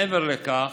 מעבר לכך,